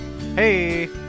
Hey